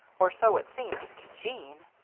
or so it seemed to jeanne.